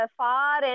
far